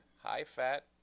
high-fat